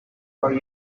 are